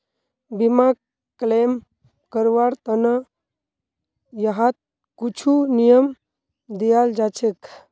बीमाक क्लेम करवार त न यहात कुछु नियम दियाल जा छेक